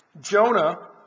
Jonah